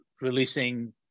releasing